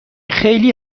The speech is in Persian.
خیلی